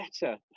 better